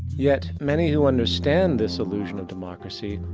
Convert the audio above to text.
yet many who understand this illusion of democracy,